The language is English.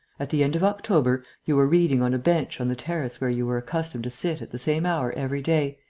at the end of october, you were reading on a bench on the terrace where you were accustomed to sit at the same hour every day,